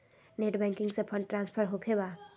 Net banking से fund transfer होखें बा?